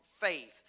faith